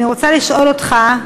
אני רוצה לשאול אותך: